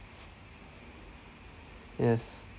yes